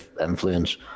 influence